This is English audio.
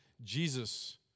Jesus